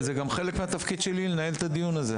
זה גם חלק מהתפקיד שלי, לנהל את הדיון הזה.